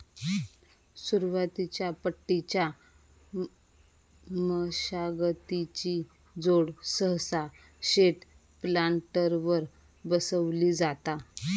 सुरुवातीच्या पट्टीच्या मशागतीची जोड सहसा थेट प्लांटरवर बसवली जाता